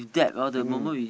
mmhmm